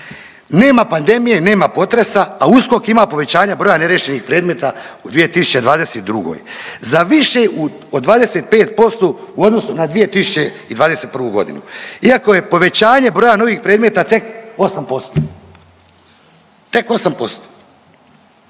Nema pandemije, nema potresa, a USKOK ima povećanja broja neriješenih predmeta u 2022. za više od 25% u odnosu na 2021.g., iako je povećanje broja novih predmeta tek 8%, tek 8%.